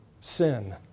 sin